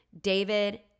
david